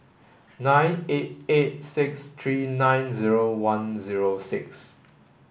nine eight eight six three nine zero one zero six